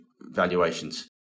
valuations